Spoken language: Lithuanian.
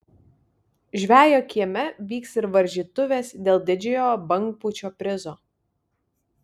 žvejo kieme vyks ir varžytuvės dėl didžiojo bangpūčio prizo